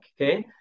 Okay